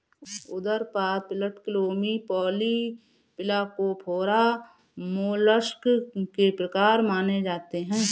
उदरपाद, पटलक्लोमी, Polyplacophora, mollusc के प्रकार माने जाते है